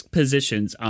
positions